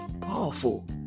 powerful